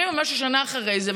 70 ומשהו שנה אחרי זה,